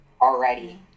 already